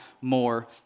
more